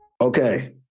Okay